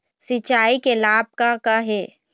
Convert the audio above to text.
सिचाई के लाभ का का हे?